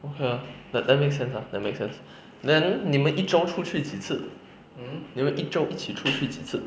okay ah that that make sense ah that make sense then 你们一周出去几次你们一周一起出去几次